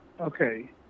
Okay